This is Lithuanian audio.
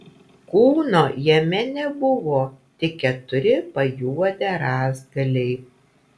kūno jame nebuvo tik keturi pajuodę rąstgaliai